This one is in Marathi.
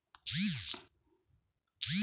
बचत ठेवीमध्ये पैसे गुंतवावे का?